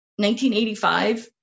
1985